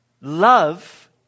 love